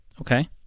Okay